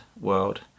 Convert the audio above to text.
world